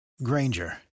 Granger